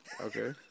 okay